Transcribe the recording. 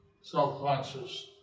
self-conscious